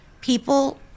people